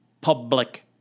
public